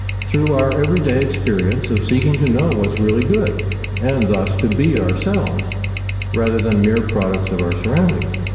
through our everyday experience of seeking to know what's really good and thus to be ourselves rather than mere products of our surroundings.